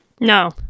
No